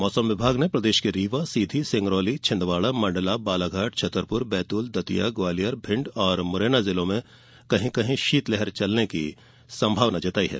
मौसम विभाग ने प्रदेश के रीवा सीधी सिंगरौली छिंदवाड़ा मण्डला बालाघाट छतरपुर बैतूल दतिया ग्वालियर भिण्ड और मुरैना जिलों में कहीं कहीं शीतलहर चलने की संभावना जताई है